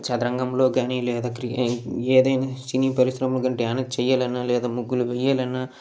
చదరంగంలో కానీ లేదా ఏదైనా సినీ పరిశ్రమలో కానీ డ్యాన్స్ చేయాలన్నాలేదా ముగ్గులు వేయాలన్నా